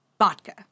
vodka